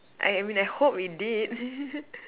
I I mean I hope it did